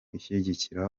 ishyigikira